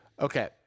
Okay